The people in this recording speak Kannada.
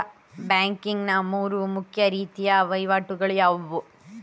ಬ್ಯಾಂಕಿಂಗ್ ನ ಮೂರು ಮುಖ್ಯ ರೀತಿಯ ವಹಿವಾಟುಗಳು ಯಾವುವು?